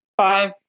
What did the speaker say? five